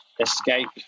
escape